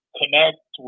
connect